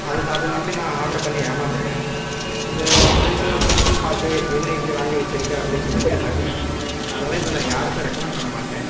அதுக்கு அதை நம்பி நான் ஆர்டர் பண்ணி ஏமாந்துட்டேன் இதை ஃப்ரெண்ட்ஸ் ஃபிரண்ட்ஸ்சும் பார்த்து என்ன இப்படி வாங்கி வச்சுருக்க அப்படின்னு சொல்லி கேட்டாங்க அதனால் இதை நான் யாருக்கும் ரெக்கமெண்ட் பண்ணமாட்டேன்